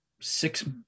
six